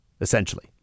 essentially